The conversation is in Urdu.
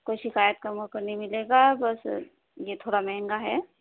کوئی شکایت کا موقع نہیں ملے گا بس یہ تھوڑا مہنگا ہے